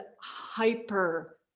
hyper